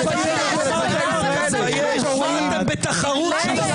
אתה בתחרות?